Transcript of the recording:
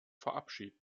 verabschieden